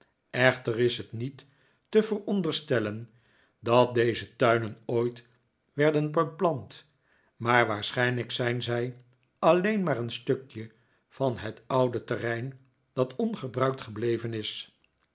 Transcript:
echter is het niet te veronderstellen dat deze tuinen ooit werden beplant maar waarschijnlijk zijn zij alleen maar een stuk van het oude terrein dat ongebruikt gebleven is